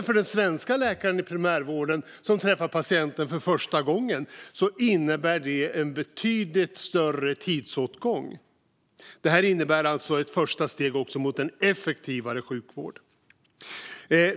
För den svenska läkaren i primärvården som träffar patienten för första gången innebär det en betydligt större tidsåtgång. Det här innebär alltså också ett första steg mot en effektivare sjukvård.